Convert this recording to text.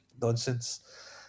nonsense